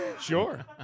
Sure